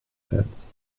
tense